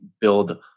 build